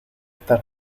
estar